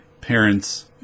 parents